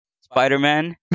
Spider-Man